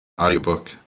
audiobook